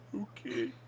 Okay